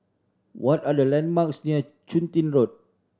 what are the landmarks near Chun Tin Road